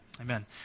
Amen